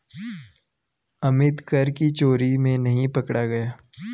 अमित कर की चोरी में नहीं पकड़ा गया